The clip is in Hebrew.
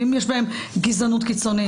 ואם יש בהם גזענות קיצונית?